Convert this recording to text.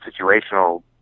situational